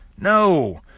No